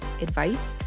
advice